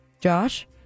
Josh